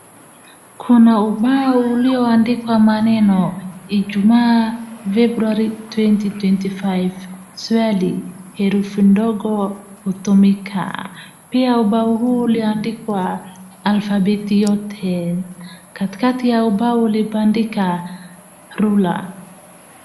Kuna ubao ulioandikwa maneno Ijumaa Februari 2025,swali herufi ndogo hutumika. Pia ubao huu uliandikwa alfabeti yote ,katikati ya ubao ulibandika rula.